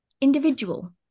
individual